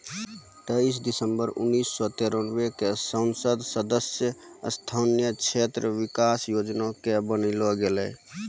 तेइस दिसम्बर उन्नीस सौ तिरानवे क संसद सदस्य स्थानीय क्षेत्र विकास योजना कअ बनैलो गेलैय